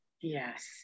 Yes